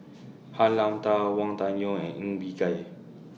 Han Lao DA Wang Dayuan and Ng Bee